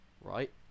Right